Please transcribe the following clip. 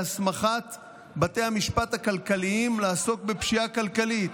להסמכת בתי המשפט הכלכליים לעסוק בפשיעה כלכלית.